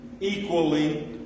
equally